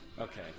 Okay